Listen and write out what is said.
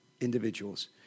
individuals